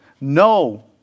No